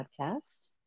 Podcast